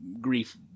grief